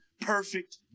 perfect